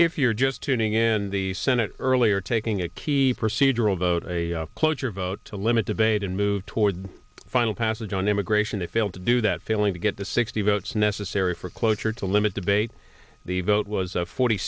if you're just tuning in the senate earlier taking a key procedural vote a cloture vote to limit debate and move toward final passage on immigration they failed to do that failing to get the sixty votes necessary for cloture to limit debate the vote was forty